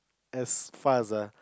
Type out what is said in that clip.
as find the